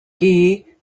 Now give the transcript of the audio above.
ghee